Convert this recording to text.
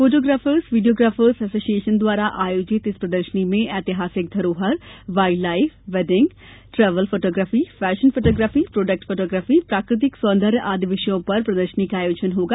photographers videographers association द्वारा आयोजित इस प्रदर्शनी में ऐतिहासिक धरोहर wildlife wedding photography travel photography fashion photography product photography प्राकृतिक सौंदर्य आदि विषयों पर प्रदर्शनी का आयोजन होगा